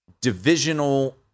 divisional